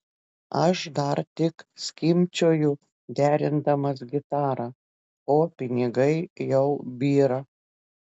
aš dar tik skimbčioju derindamas gitarą o pinigai jau byra